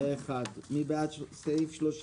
הצבעה סעיף 85(30) אושר מי בעד סעיף 31?